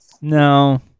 No